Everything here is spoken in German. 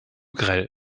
grell